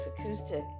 acoustic